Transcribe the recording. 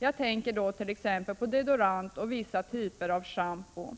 Jag tänker på t.ex. deodorant och vissa typer av schampo.